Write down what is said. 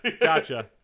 gotcha